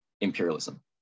imperialism